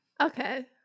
okay